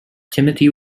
timothy